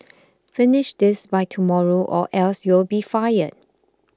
finish this by tomorrow or else you will be fired